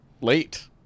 late